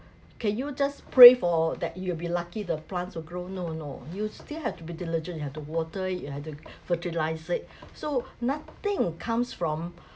can you just pray for that you'll be lucky the plants will grow no no you still have to be diligent you have to water you have to fertilise it so nothing comes from